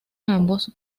ambos